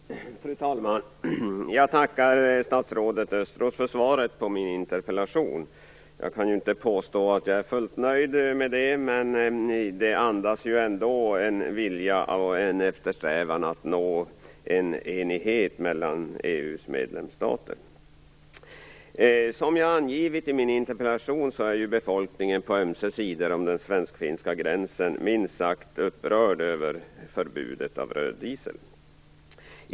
Fru talman! Jag tackar statsrådet Östros för svaret på min interpellation. Jag kan inte påstå att jag är fullt nöjd med svaret, men det andas ändå en vilja och eftersträvan att nå enighet mellan EU:s medlemsstater. Som jag har angivit i min interpellation, är befolkningen på ömse sidor om den svensk-finska gränsen minst sagt upprörd över förbudet av röd diesel.